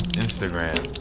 instagram.